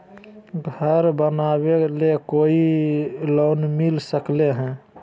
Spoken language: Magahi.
घर बनावे ले कोई लोनमिल सकले है?